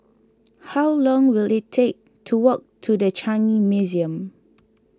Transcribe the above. how long will it take to walk to the Changi Museum